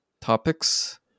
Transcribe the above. topics